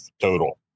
Total